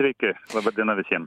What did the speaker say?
sveiki labai diena visiem